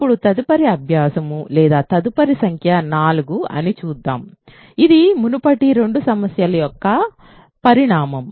ఇప్పుడు తదుపరి అబ్యాసము లేదా తదుపరి సంఖ్య 4 అని చూద్దాం ఇది మునుపటి రెండు సమస్యల యొక్క పరిణామం